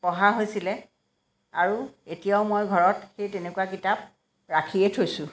পঢ়া হৈছিলে আৰু এতিয়াও মই ঘৰত সেই তেনেকুৱা কিতাপ ৰাখিয়ে থৈছোঁ